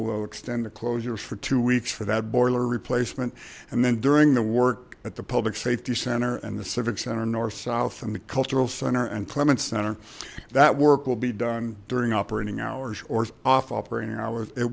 will though extend the closures for two weeks for that boiler replacement and then during the work at the public safety center and the civic center north south and the cultural center and clements center that work will be done during operating hours or off operating hours it